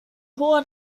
hoher